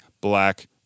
black